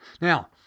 Now